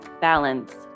balance